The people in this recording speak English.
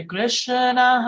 Krishna